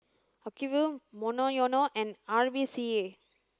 Acuvue Monoyono and R V C A